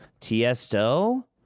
Tiesto